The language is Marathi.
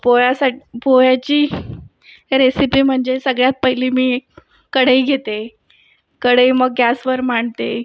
पोह्यासा पोह्याची रेसिपी म्हणजे सगळ्यात पहिली मी एक कढई घेते कढई मग गॅसवर मांडते